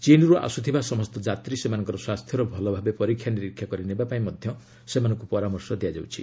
ଚୀନ୍ରୁ ଆସୁଥିବା ସମସ୍ତ ଯାତ୍ରୀ ସେମାନଙ୍କର ସ୍ୱାସ୍ଥ୍ୟର ଭଲଭାବେ ପରୀକ୍ଷା କରିନେବାକୁ ମଧ୍ୟ ସେମାନଙ୍କୁ ପରାମର୍ଶ ଦିଆଯାଉଛି